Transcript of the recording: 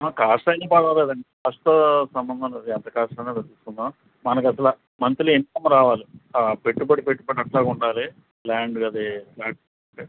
cost అన్నీ పర్వాలేదండి first సంబంధం లేదు ఎంత కాస్టన్నా చూసుకుందాం మనకసల మంత్లీ ఇన్కం రావాలి పెట్టుబడి పెట్టుబది అట్లాగే ఉండాలి ల్యాండ్ అవి ప్లాట్